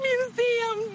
Museum